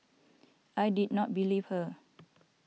I did not believe her